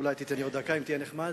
אולי תיתן לי עוד דקה, אם תהיה נחמד.